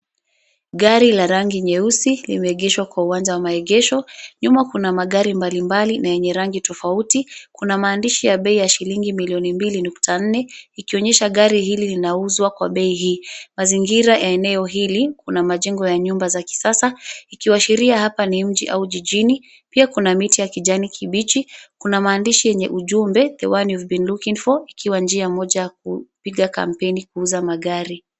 Gari la rangi nyeusi limeegeshwa kwa uwanja wa maegesho. Nyuma kuna magari mbalimbali na yenye rangi tofauti. Kuna maandishi ya bei ya shilingi milioni mbili nukta nne ikionyesha gari hili linauzwa kwa bei hii. Mazingira ya eneo hili kuna majengo ya nyumba za kisasa ikiwa sheria hapa ni mji au jijini. Pia kuna miti ya kijani kibichi. Kuna maandishi yenye ujumbe the one you've been looking for ikiwa njia moja kupiga kampeni kuuza magari.